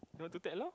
you want to tag along